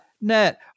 .NET